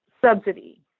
subsidy